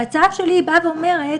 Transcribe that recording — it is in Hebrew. ההצעה שלי באה ואומרת,